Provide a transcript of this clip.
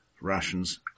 rations